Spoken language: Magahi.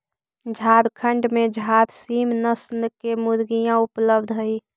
झारखण्ड में झारसीम नस्ल की मुर्गियाँ उपलब्ध हई